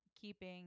keeping